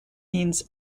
means